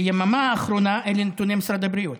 ביממה האחרונה, אלה נתוני משרד הבריאות.